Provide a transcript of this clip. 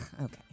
Okay